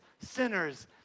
sinners